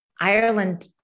Ireland